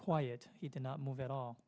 quiet he did not move at all